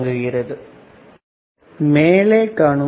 ஆனால் VCVp at tT எனவே VPVVVBB1 e 1RTCT